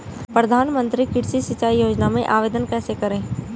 प्रधानमंत्री कृषि सिंचाई योजना में आवेदन कैसे करें?